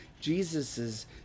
Jesus's